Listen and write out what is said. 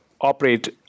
operate